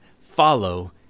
follow